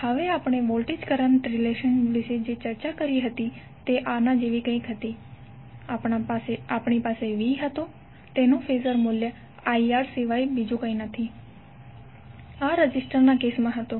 હવે આપણે voltage current relation વિશે જે ચર્ચા કરી હતી તે કંઈક આના જેવી હતી કે આપણી પાસે V હતો તેનુ ફેઝર મૂલ્ય IR સિવાય બીજું કશું જ નથી આ રેઝિસ્ટર ના કેસ માં હતું